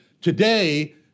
today